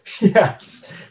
Yes